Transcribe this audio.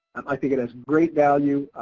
i think it has great value,